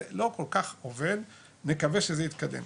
זה לא כל כך עובד ונקווה שזה יתקדם.